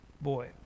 boy